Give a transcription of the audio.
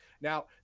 Now